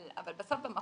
אבל בסוף במהות,